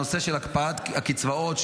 הנושא של הקפאת הקצבאות,